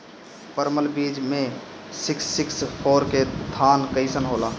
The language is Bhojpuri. परमल बीज मे सिक्स सिक्स फोर के धान कईसन होला?